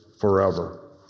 forever